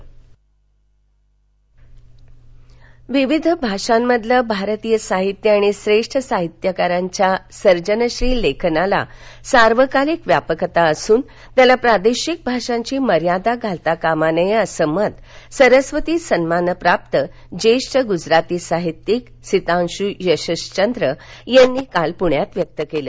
मसाप विविध भाषांमधलं भारतीय साहित्य आणि श्रेष्ठ साहित्यिकांच्या सर्जनशील लेखनाला सार्वकालिक व्यापकता असून त्याला प्रादेशिक भाषांची मर्यादा घालता कामा नये असं मत सरस्वती सन्मानप्राप्त ज्येष्ठ गुजराथी साहित्यिक सितांषु यशश्वद्र यांनी काल पुण्यात व्यक्त केलं